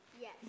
Yes